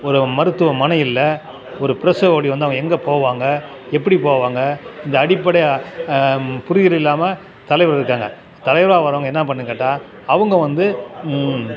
ஒரு மருத்துவமனை இல்லை ஒரு பிரசவ வலி வந்தால் அவங்க எங்கே போவாங்க எப்படி போவாங்க இந்த அடிப்படை புரிதல் இல்லாமல் தலைவர் இருக்காங்க தலைவராக வரவங்க என்ன பண்ணணுன்னு கேட்டால் அவங்க வந்து